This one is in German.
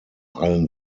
allen